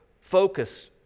focus